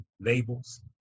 Labels